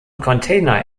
container